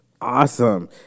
Awesome